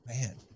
man